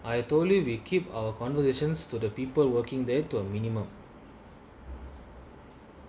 I told you we keep our conversations to the people working there to a minimum